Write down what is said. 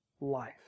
life